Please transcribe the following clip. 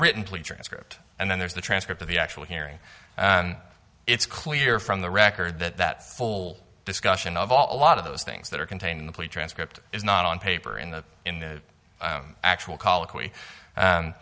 written plea transcript and then there's the transcript of the actual hearing and it's clear from the record that that full discussion of all a lot of those things that are contained in the plea transcript is not on paper in the in the actual